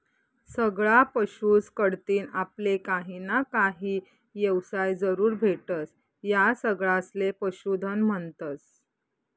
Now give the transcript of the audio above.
सगळा पशुस कढतीन आपले काहीना काही येवसाय जरूर भेटस, या सगळासले पशुधन म्हन्तस